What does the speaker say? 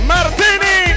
Martini